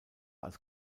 als